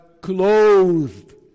clothed